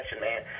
man